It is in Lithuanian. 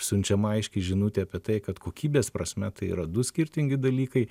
siunčiama aiški žinutė apie tai kad kokybės prasme tai yra du skirtingi dalykai